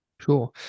Sure